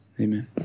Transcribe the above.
amen